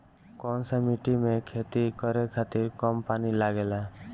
कौन सा मिट्टी में खेती करे खातिर कम पानी लागेला?